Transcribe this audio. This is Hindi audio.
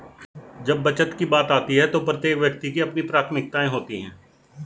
जब बचत की बात आती है तो प्रत्येक व्यक्ति की अपनी प्राथमिकताएं होती हैं